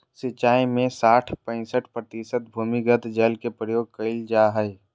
सिंचाई में साठ पईंसठ प्रतिशत भूमिगत जल के प्रयोग कइल जाय हइ